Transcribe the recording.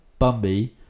Bumby